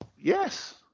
Yes